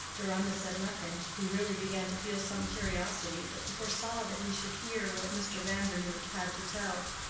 deronda said nothing. he really began to feel some curiosity, but he foresaw that he should hear what mr. vandernoodt had to tell,